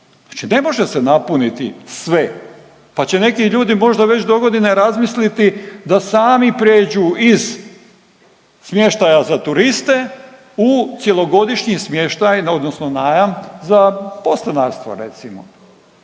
Znači ne može se napuniti sve, pa će ljudi možda već dogodine razmisliti da sami prijeđu iz smještaja za turiste u cjelogodišnji smještaj odnosno najam za podstanarstvo recimo